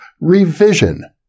Revision